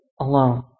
alone